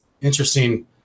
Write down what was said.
interesting